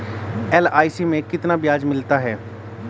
LIC में कितना ब्याज मिलता है?